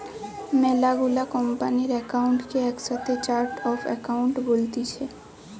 মেলা গুলা কোম্পানির একাউন্ট কে একসাথে চার্ট অফ একাউন্ট বলতিছে